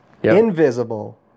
Invisible